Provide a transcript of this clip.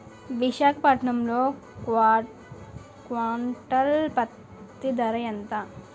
విశాఖపట్నంలో క్వింటాల్ పత్తి ధర ఎంత?